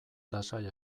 lasai